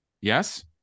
Yes